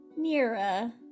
nira